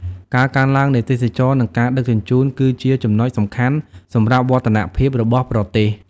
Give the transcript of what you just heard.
ការកើនឡើងនៃទេសចរណ៍និងការដឹកជញ្ជូនគឺជាចំណុចសំខាន់សម្រាប់វឌ្ឍនភាពរបស់ប្រទេស។